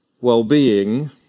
well-being